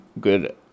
good